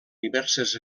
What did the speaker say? diverses